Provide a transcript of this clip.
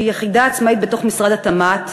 שהיא יחידה עצמאית בתוך משרד התמ"ת,